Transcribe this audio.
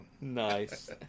Nice